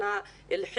אני רוצה להתמקד בנקודה,